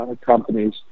companies